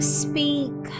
speak